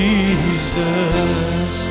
Jesus